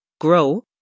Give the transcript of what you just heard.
Grow